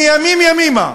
מימים ימימה,